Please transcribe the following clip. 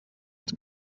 els